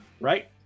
right